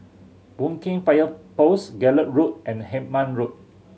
Boon Keng Fire Post Gallop Road and Hemmant Road